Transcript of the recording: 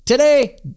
Today